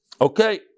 Okay